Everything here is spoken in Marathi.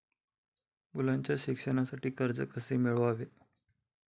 मुलाच्या शिक्षणासाठी कर्ज कसे मिळवावे?